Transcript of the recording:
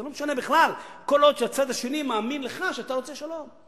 זה לא משנה בכלל כל עוד הצד השני מאמין לך שאתה רוצה שלום.